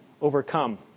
overcome